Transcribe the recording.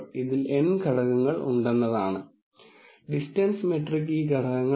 ഇത് ഒരു പ്രത്യേക തരം ജീവികൾക്ക് ഫ്ലൂറസ് ഉണ്ടാക്കുന്നതായി കാണിക്കുന്ന രാസവസ്തുക്കൾ തിരഞ്ഞെടുക്കുന്നതിന് തുല്യമാണ്